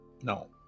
No